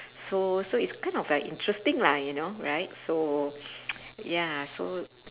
so so it's kind of like interesting lah you know right so ya so